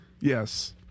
yes